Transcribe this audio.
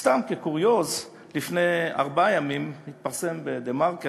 סתם כקוריוז, לפני ארבעה ימים התפרסמה ב"דה-מרקר"